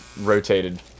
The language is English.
rotated